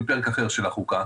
בפרק אחר של החוקה.